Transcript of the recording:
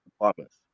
departments